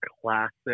classic